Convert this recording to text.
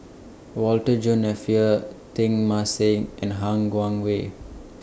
Walter John Napier Teng Mah Seng and Han Guangwei